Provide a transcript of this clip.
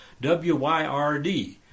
W-Y-R-D